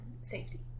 safety